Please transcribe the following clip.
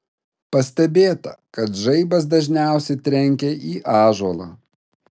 pastebėta kad žaibas dažniausiai trenkia į ąžuolą